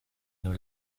nos